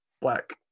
black